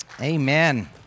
Amen